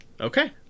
okay